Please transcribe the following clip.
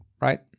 right